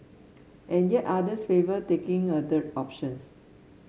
and yet others favour taking a third options